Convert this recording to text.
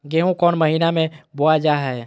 गेहूँ कौन महीना में बोया जा हाय?